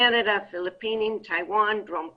קנדה, פיליפינים, טאיוואן, דרום קוריאה,